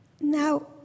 now